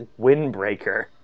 windbreaker